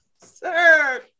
sir